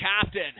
captain